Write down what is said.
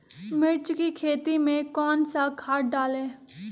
मिर्च की खेती में कौन सा खाद डालें?